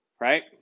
right